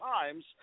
times